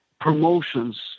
promotions